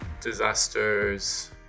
disasters